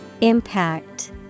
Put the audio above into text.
Impact